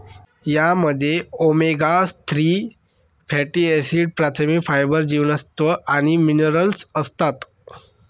यामध्ये omega three fatty acid, प्रथिने, fibre, जीवनसत्व आणि मिनरल्स असतात